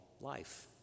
life